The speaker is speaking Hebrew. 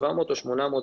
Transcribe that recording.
700 או 800 אנשים.